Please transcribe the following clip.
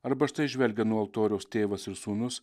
arba štai žvelgia nuo altoriaus tėvas ir sūnus